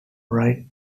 wright